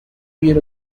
wear